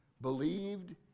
believed